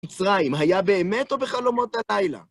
מצרים, היה באמת או בחלומות הלילה?